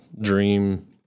dream